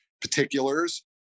particulars